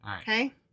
Okay